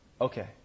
Okay